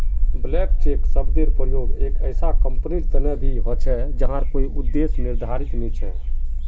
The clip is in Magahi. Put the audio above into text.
ब्लैंक चेक शब्देर प्रयोग एक ऐसा कंपनीर तने भी ह छे जहार कोई उद्देश्य निर्धारित नी छ